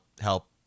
help